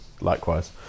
likewise